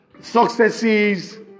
successes